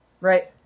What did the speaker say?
Right